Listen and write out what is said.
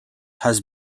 has